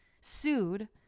sued